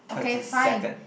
okay fine